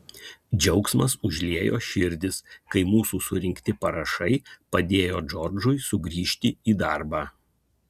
džiaugsmas užliejo širdis kai mūsų surinkti parašai padėjo džordžui sugrįžti į darbą